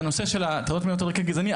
בנושא של ההטרדות המיניות על רקע גזעני,